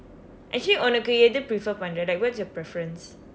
actually உனக்கு எது:unakku ethu prefer பண்ற:panra like what's your preference